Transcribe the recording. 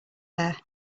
there